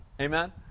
Amen